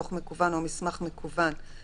דוח מקוון או מסמך מקוון (להלן המגיש)